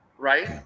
Right